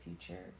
future